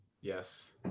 Yes